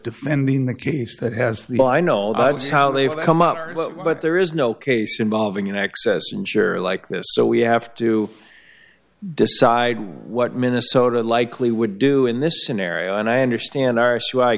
defending the case that has the i know that's how they've come up but there is no case involving an excess insurer like this so we have to decide what minnesota likely would do in this scenario and i understand our sue i